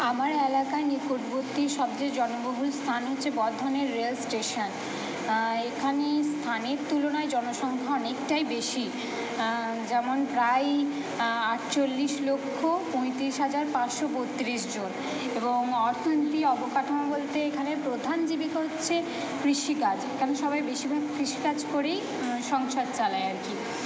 আমার এলাকার নিকটবর্তী সবচেয়ে জনবহুল স্থান হচ্ছে বর্ধমানের রেল স্টেশন এখানে স্থানের তুলনায় জনসংখ্যা অনেকটাই বেশি যেমন প্রায় আটচল্লিশ লক্ষ পয়তিরিশ হাজার পাঁচশো বত্রিশ জন এবং অর্থনীতি অবকাঠামো বলতে এখানে প্রধান জীবিকা হচ্ছে কৃষিকাজ এখানে সবাই বেশিরভাগই কৃষিকাজ করেই সংসার চালায় আর কি